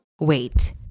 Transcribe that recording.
Wait